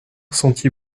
sentit